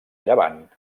llevant